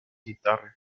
guitarras